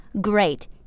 Great